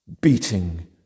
beating